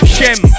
Shem